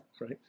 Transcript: right